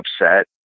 upset